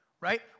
right